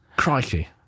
Crikey